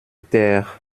taire